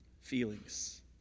feelings